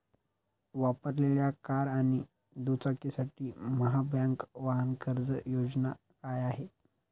वापरलेल्या कार आणि दुचाकीसाठी महाबँक वाहन कर्ज योजना काय आहे?